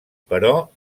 però